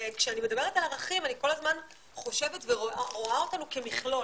כשאני מדברת על ערכים אני חושבת ורואה אותנו כמכלול,